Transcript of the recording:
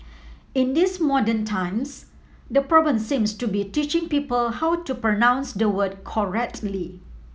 in these modern times the problem seems to be teaching people how to pronounce the word